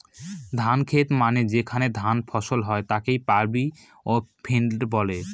ধানের খেত মানে যেখানে ধান ফসল হয় তাকে পাডি ফিল্ড বলে